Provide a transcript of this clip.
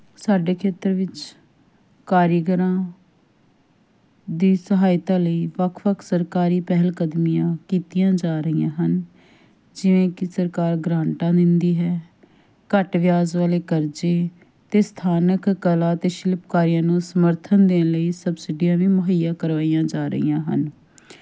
ਸਾਡੇ ਖੇਤਰ ਵਿੱਚ ਕਾਰੀਗਰਾਂ ਦੀ ਸਹਾਇਤਾ ਲਈ ਵੱਖ ਵੱਖ ਸਰਕਾਰੀ ਪਹਿਲਕਦਮੀਆਂ ਕੀਤੀਆਂ ਜਾ ਰਹੀਆਂ ਹਨ ਜਿਵੇਂ ਕਿ ਸਰਕਾਰ ਗਰਾਂਟਾਂ ਦਿੰਦੀ ਹੈ ਘੱਟ ਵਿਆਜ ਵਾਲੇ ਕਰਜੇ ਅਤੇ ਸਥਾਨਕ ਕਲਾ ਅਤੇ ਸ਼ਿਲਪਕਾਰੀਆਂ ਨੂੰ ਸਮਰਥਨ ਦੇਣ ਲਈ ਸਬਸਿਡੀਆਂ ਵੀ ਮੁਹੱਈਆ ਕਰਵਾਈਆਂ ਜਾ ਰਹੀਆਂ ਹਨ